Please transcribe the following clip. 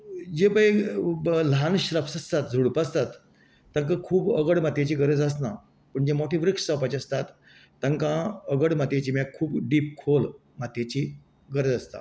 जे पळय ल्हान श्रब्स आसतात झुडूप आसतात ताका खूब अगड मातयेची गरज आसना पूण जे मोठे वृक्ष जावपाचे आसतात तांकां अगड मातयेची म्हळ्यार खूब डिप खोल मातयेची गरज आसता